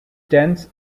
dense